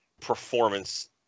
performance